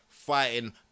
Fighting